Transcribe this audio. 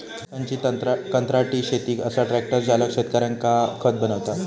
टायसनची कंत्राटी शेती असा ट्रॅक्टर चालक शेतकऱ्यांका खत बनवता